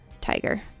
tiger